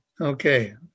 Okay